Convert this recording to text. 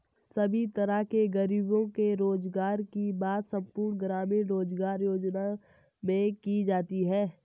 सभी तरह के गरीबों के रोजगार की बात संपूर्ण ग्रामीण रोजगार योजना में की जाती है